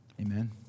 Amen